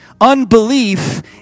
Unbelief